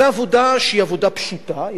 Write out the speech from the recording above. זו עבודה שהיא עבודה פשוטה,